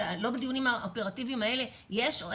אבל לא בדיונים האופרטיביים האלה יש או